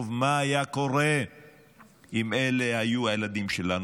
מה היה קורה אם אלה היו הילדים שלנו.